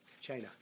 China